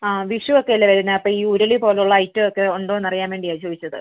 ആ വിഷു ഒക്കെ അല്ലേ വരുന്നത് അപ്പോൾ ഈ ഉരുളി പോലുള്ള ഐറ്റം ഒക്കെ ഉണ്ടോ എന്നറിയാൻ വേണ്ടിയാണ് ചോദിച്ചത്